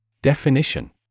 Definition